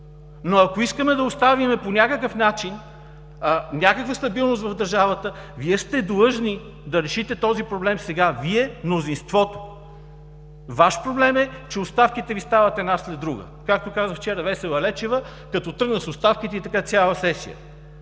Но ако искаме да оставим по някакъв начин някаква стабилност в държавата, Вие сте длъжни да решите този проблем сега – Вие, мнозинството. Ваш проблем е, че оставките Ви стават една след друга. Както каза вчера Весела Лечева: „Като тръгна с оставките и така цяла сесия“.